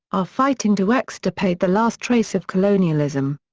are fighting to extirpate the last trace of colonialism.